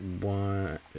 one